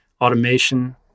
automation